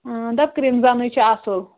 ٲں دَپ کِرٛمزنٕے چھُ اصٕل